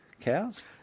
cows